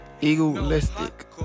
egoistic